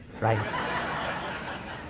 right